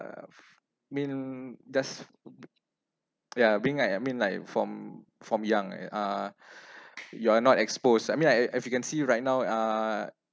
mean just yeah bring I uh mean like from from young eh uh you are not exposed I mean like as you can see right now uh